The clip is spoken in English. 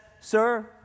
sir